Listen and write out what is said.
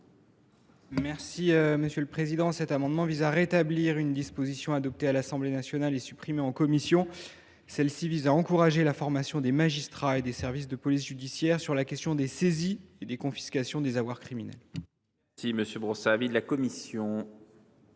M. Ian Brossat. Cet amendement vise à rétablir une disposition adoptée à l’Assemblée nationale et supprimée en commission. Celle ci a pour objet d’encourager la formation des magistrats et des services de police judiciaire sur la question des saisies et des confiscations des avoirs criminels. Quel est l’avis de la commission